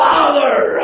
Father